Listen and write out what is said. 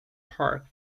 park